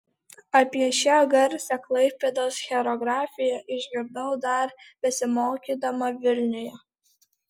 apie šią garsią klaipėdos choreografę išgirdau dar besimokydama vilniuje